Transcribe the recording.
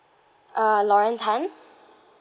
uh lauren tan